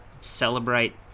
celebrate